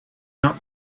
not